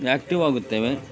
ಆ್ಯಕ್ಟಿವಾಗುತ್ತೇವೆ